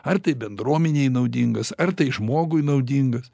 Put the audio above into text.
ar tai bendruomenei naudingas ar tai žmogui naudingas